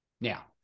Now